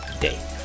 day